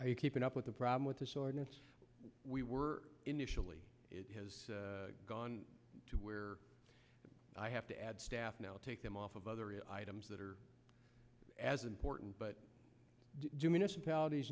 i keeping up with the problem with this ordinance we were initially it has gone to where i have to add staff now take them off of other items that are as important but do municipalities